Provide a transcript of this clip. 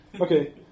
Okay